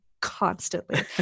constantly